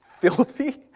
filthy